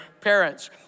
parents